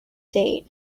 date